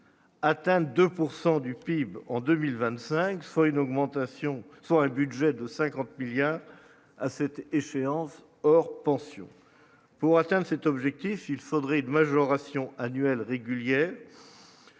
soit une augmentation, soit un budget de 50 milliards à cette échéance, hors pensions pour atteindre cet objectif, il faudrait une majoration annuelle régulière